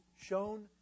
shown